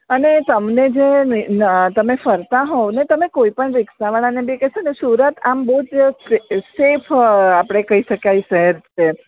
અને તમને જો તમે ફરતા હોવને તમે કોઈ પણ રિક્ષાવાળા ને બી કહેશોને સુરત બહુ જ સ સેફ આપણે કહી શકાય શહેર છે